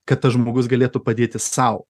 kad tas žmogus galėtų padėti sau